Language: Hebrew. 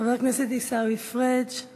חבר הכנסת עיסאווי פריג';